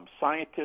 scientists